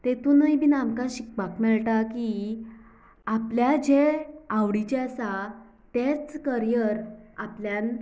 तेतूनय बी आमकां शिकपाक मेळटा की आपल्या जें आवडीचे आसा तेंच करीयर आपल्यान